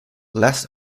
less